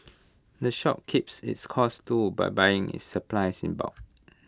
the shop keeps its costs low by buying its supplies in bulk